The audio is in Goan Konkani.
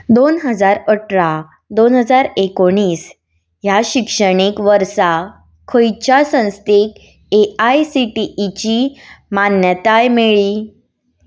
दोन हजार अठरा दोन हजार एकोणीस ह्या शिक्षणीक वर्सा खंयच्या संस्थेक ए आय सी टीईची मान्यताय मेळ्ळी